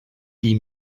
die